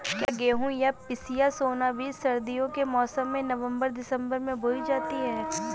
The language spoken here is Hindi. क्या गेहूँ या पिसिया सोना बीज सर्दियों के मौसम में नवम्बर दिसम्बर में बोई जाती है?